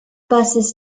buses